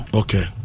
okay